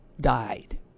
died